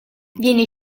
viene